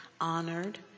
honored